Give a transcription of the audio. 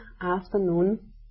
afternoon